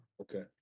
okay